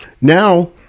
Now